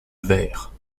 verre